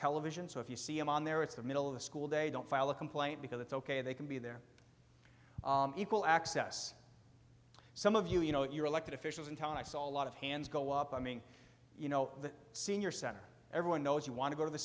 television so if you see him on there it's the middle of the school day don't file a complaint because it's ok they can be there equal access some of you you know your elected officials in town i saw a lot of hands go up i mean you know the senior senator everyone knows you want to go to the